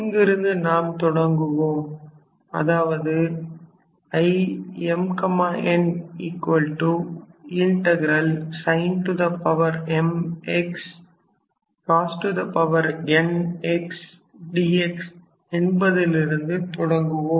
இங்கிருந்து நாம் தொடங்குவோம் அதாவது Im nsin mx cos n x dx என்பதிலிருந்து தொடங்குவோம்